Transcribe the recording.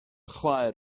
chwaer